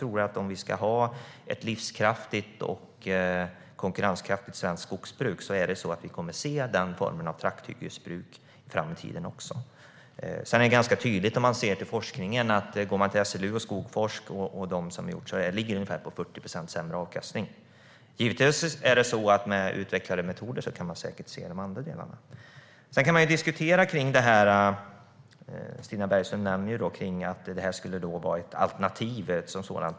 Om vi ska ha ett livskraftigt och konkurrenskraftigt svenskt skogsbruk kommer vi att se den formen av trakthyggesbruk i framtiden också. Det framgår tydligt i forskningen - SLU och Skogforsk - att avkastningen är ungefär 40 procent sämre. Med utvecklade metoder kan man säkert se de andra delarna. Stina Bergström nämner att det är fråga om ett alternativ.